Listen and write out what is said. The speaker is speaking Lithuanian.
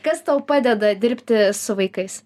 kas tau padeda dirbti su vaikais